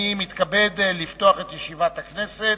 אני מתכבד לפתוח את ישיבת הכנסת.